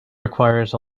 requires